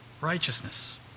righteousness